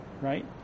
right